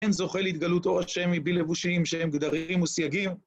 אין זוכה להתגלות אור השם מבלי לבושים שהם גדרים וסייגים.